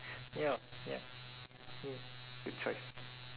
ya ya !yay! good choice